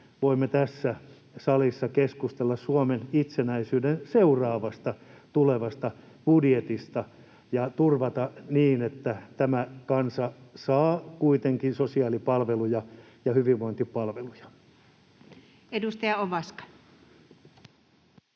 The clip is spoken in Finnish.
voimme tässä salissa keskustella Suomen itsenäisyyden seuraavasta, tulevasta budjetista ja turvata sen, että tämä kansa saa kuitenkin sosiaalipalveluja ja hyvinvointipalveluja. [Speech 261]